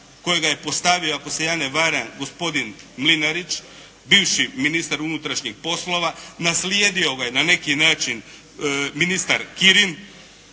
kojega je postavio ako se ja ne varam gospodin Mlinarić, bivši ministar unutrašnjih poslova naslijedio ga je na neki način ministar Kirin